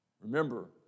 Remember